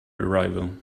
arrival